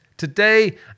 today